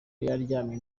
yaryamye